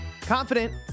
Confident